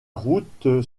route